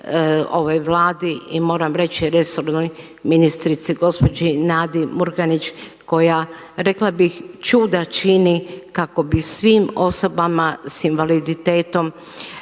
ovoj Vladi i moram reći resornoj ministrici gospođi Nadi Murganić koja rekla bih čuda čini kako bi svim osobama s invaliditetom